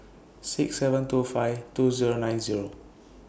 six seven two five two Zero nine Zero